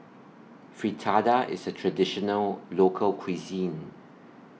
Fritada IS A Traditional Local Cuisine